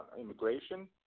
immigration